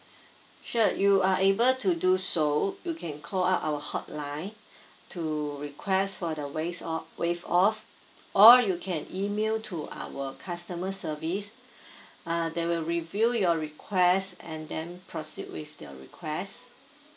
sure you are able to do so you can call out our hotline to request for the ways waive off or you can email to our customer service uh they will review your request and then proceed with your request